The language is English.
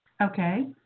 Okay